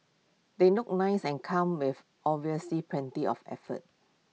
they look nice and come with obviously plenty of effort